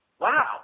Wow